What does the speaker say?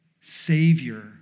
Savior